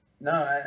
No